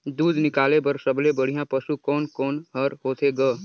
दूध निकाले बर सबले बढ़िया पशु कोन कोन हर होथे ग?